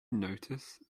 notice